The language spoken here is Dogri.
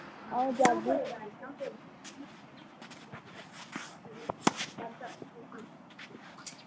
अ'ऊं जाह्गी